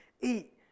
eat